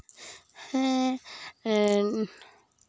ᱦᱮᱸ